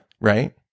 right